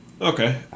Okay